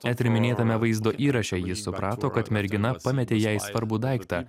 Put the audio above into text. net ir minėtame vaizdo įraše jis suprato kad mergina pametė jai svarbų daiktą